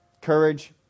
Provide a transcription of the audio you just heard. courage